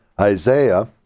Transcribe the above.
Isaiah